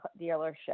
dealership